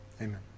Amen